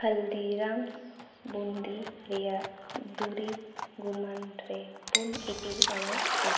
ᱦᱚᱞᱫᱤᱨᱟᱢᱥ ᱵᱩᱱᱫᱤ ᱨᱮᱱᱟᱜ ᱫᱩᱨᱤᱵᱽ ᱜᱩᱱᱢᱟᱱᱨᱮ ᱯᱩᱱ ᱤᱯᱤᱞ ᱮᱢᱟᱜᱢᱮ